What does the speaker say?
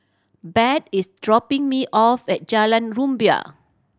Bart is dropping me off at Jalan Rumbia